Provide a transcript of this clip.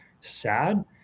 sad